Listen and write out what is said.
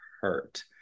hurt